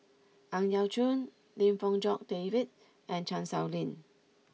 Ang Yau Choon Lim Fong Jock David and Chan Sow Lin